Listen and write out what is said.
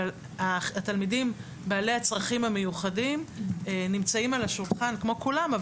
אבל התלמידים בעלי הצרכים המיוחדים נמצאים על השולחן כמו כולם,